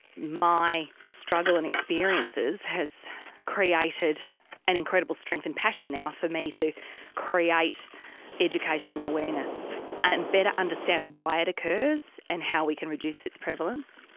my struggle and experiences has created an incredible strength and passion now for me to create education and awareness and better understand why it occurs and how we can reduce its prevalence.